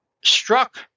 struck